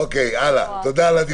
אוקי, תודה על הדיווח.